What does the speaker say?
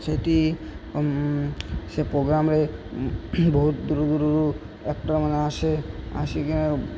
ସେଠି ସେ ପ୍ରୋଗ୍ରାମ୍ରେ ବହୁତ ଦୂର ଦୂରରୁ ଆକ୍ଟର୍ ମାନେ ଆସେ ଆସିକି